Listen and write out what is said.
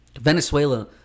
Venezuela